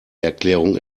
erklärung